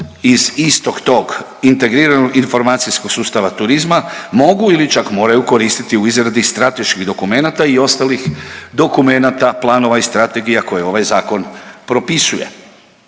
iz istog tog integriranog informacijskog sustava turizma mogu ili čak moraju koristiti u izradi strateških dokumenata i ostalih dokumenata, planova i strategija koje ovaj Zakon propisuje.